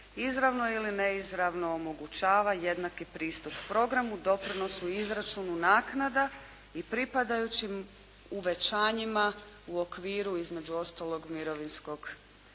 izravno ili neizravno omogućava jednaki pristup programu doprinosu izračunu naknada i pripadajućim uvećanjima u okviru između ostalog mirovinskog